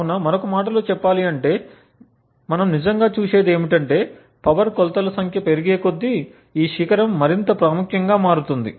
కావున మరొక మాటలో చెప్పాలంటే మనం నిజంగా చూసేది ఏమిటంటే పవర్ కొలతల సంఖ్య పెరిగేకొద్దీ ఈ శిఖరం మరింత ప్రాముఖ్యంగా మారుతుంది